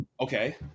Okay